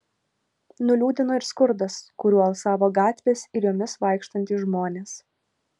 nuliūdino ir skurdas kuriuo alsavo gatvės ir jomis vaikštantys žmonės